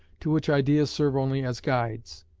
to which ideas serve only as guides.